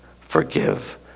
forgive